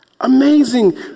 Amazing